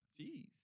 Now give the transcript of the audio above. Jeez